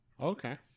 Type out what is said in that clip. Okay